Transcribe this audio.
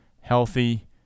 healthy